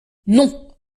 non